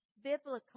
Biblical